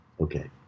Okay